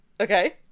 Okay